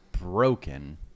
broken